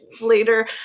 later